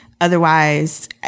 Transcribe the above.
Otherwise